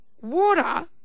water